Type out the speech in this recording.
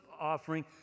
offering